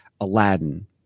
Aladdin